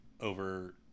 over